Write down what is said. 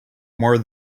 more